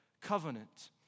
Covenant